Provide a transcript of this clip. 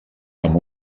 amb